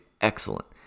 excellent